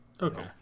Okay